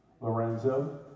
Lorenzo